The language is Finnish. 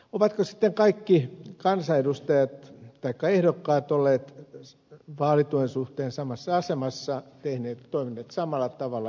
ovatko sitten kaikki kansanedustajat taikka ehdokkaat olleet vaalituen suhteen samassa asemassa toimineet samalla tavalla